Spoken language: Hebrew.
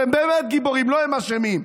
והם באמת גיבורים, לא הם אשמים,